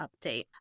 update